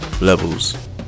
levels